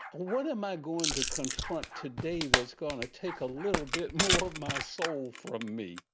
what am i going to confront today that's going to take a little bit more of my soul from me?